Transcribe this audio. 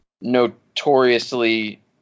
notoriously